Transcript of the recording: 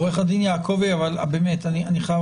עורך הדין יעקבי, לפחות